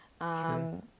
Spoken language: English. Sure